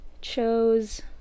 chose